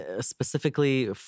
Specifically